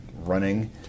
running